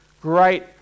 great